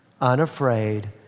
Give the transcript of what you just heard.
unafraid